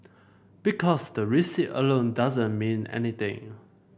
because the recipe alone doesn't mean anything